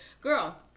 Girl